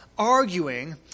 arguing